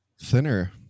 Thinner